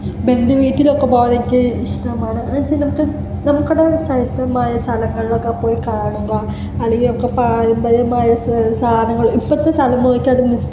ബന്ധു വീട്ടിലൊക്ക പോകാൻ എനിക്ക് ഇഷ്ടമാണ് എന്ന് വെച്ചാൽ നമുക്ക് നമുക്കട ചരിത്രമായ സ്ഥലങ്ങളിലൊക്കെ പോയി കാണുമ്പം അല്ലെങ്കിൽ നമുക്ക് പാരമ്പര്യമായി സാധനങ്ങൾ ഇപ്പോഴത്തെ തലമുറക്ക് അത് മിസ്